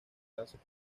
clásica